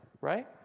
right